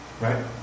Right